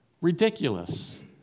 ridiculous